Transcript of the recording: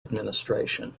administration